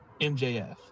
MJF